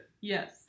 yes